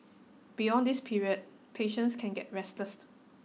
beyond this period patients can get restless